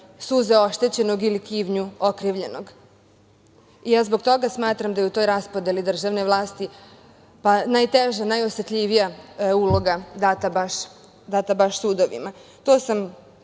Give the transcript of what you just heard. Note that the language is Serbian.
suze oštećenog ili krivnju okrivljenog. Ja zbog toga smatram da je u toj raspodeli državne vlasti najteža i najosetljivija uloga data baš sudovima. Već